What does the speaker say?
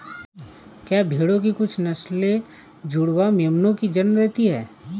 क्या भेड़ों की कुछ नस्लें जुड़वा मेमनों को जन्म देती हैं?